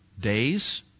days